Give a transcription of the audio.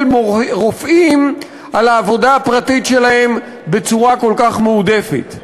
רופאים על העבודה הפרטית שלהם בצורה כל כך מועדפת.